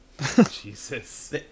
Jesus